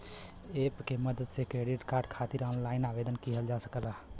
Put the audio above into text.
app के मदद से क्रेडिट कार्ड खातिर ऑनलाइन आवेदन किहल जा सकला